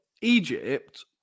Egypt